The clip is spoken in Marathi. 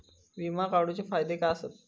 विमा काढूचे फायदे काय आसत?